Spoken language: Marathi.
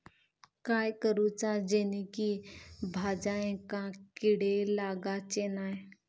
काय करूचा जेणेकी भाजायेंका किडे लागाचे नाय?